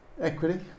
equity